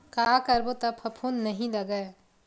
का करबो त फफूंद नहीं लगय?